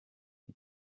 die